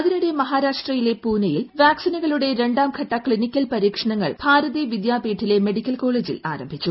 അതിനിടെ മഹാരാഷ്ട്രയിലെ പൂനെയിൽ വാക്സിനുകളുടെ രണ്ടാം ഘട്ട ക്ലിനിക്കൽ പരീക്ഷണങ്ങൾ ഭാരതി വിദ്യാപീഠിലെ മെഡിക്കൽ കോളേജിൽ ആരംഭിച്ചു